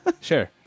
Sure